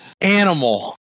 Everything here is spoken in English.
Animal